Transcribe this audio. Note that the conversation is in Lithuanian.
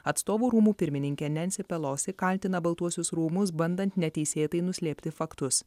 atstovų rūmų pirmininkė nensi pelosi kaltina baltuosius rūmus bandant neteisėtai nuslėpti faktus